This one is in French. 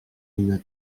une